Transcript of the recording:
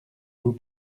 vous